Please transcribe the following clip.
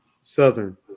Southern